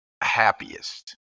happiest